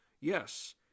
Yes